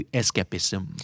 escapism